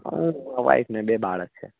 હા વાઇફ ને બે બાળક છે